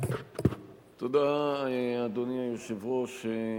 אדוני היושב-ראש,